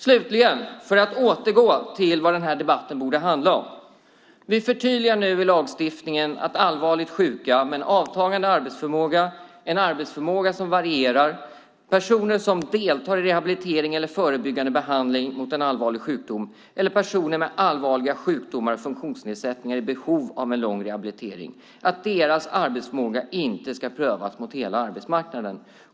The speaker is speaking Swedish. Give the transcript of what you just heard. Slutligen, för att återgå till vad den här debatten borde handla om: Vi förtydligar nu i lagstiftningen att allvarligt sjuka med en avtagande arbetsförmåga, en arbetsförmåga som varierar, personer som deltar i rehabilitering eller förebyggande behandling mot en allvarlig sjukdom eller personer med allvarliga sjukdomar och funktionsnedsättningar i behov av en lång rehabilitering inte ska pröva sin arbetsförmåga mot hela arbetsmarknaden.